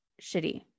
shitty